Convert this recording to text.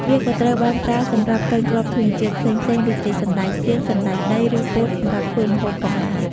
វាក៏ត្រូវបានប្រើសម្រាប់កិនគ្រាប់ធញ្ញជាតិផ្សេងៗដូចជាសណ្ដែកសៀង សណ្ដែកដី ឬពោតសម្រាប់ធ្វើម្ហូបផងដែរ។